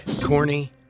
Corny